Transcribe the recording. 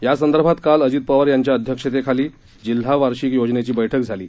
यासंदर्भात काल पवार यांच्या अध्यक्षतेखील जिल्हा वार्षिक योजनेची बैठक झाली